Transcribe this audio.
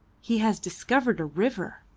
he has discovered a river.